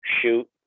shoot